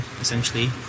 essentially